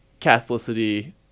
Catholicity